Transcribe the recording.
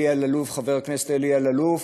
אלי אלאלוף, חבר הכנסת אלי אלאלוף,